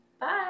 Bye